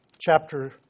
chapter